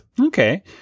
Okay